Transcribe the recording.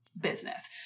business